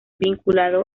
vinculado